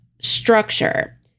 structure